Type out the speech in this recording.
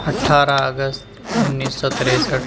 اٹھارہ اگست انیس سو تریسٹھ